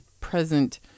present